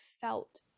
felt